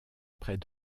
près